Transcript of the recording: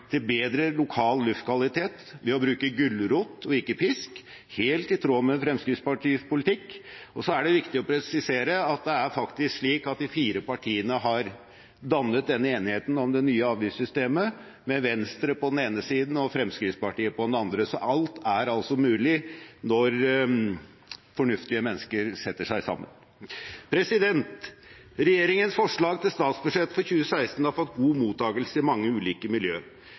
til bedre lokal luftkvalitet ved å bruke gulrot og ikke pisk – helt i tråd med Fremskrittspartiets politikk, og så er det viktig å presisere at det er faktisk slik at de fire partiene har dannet denne enigheten om det nye avgiftssystemet med Venstre på den ene siden og Fremskrittspartiet på den andre. Så alt er altså mulig når fornuftige mennesker setter seg sammen. Regjeringens forslag til statsbudsjett for 2016 har fått god mottakelse i mange ulike